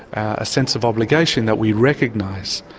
a sense of obligation that we recognise,